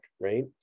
right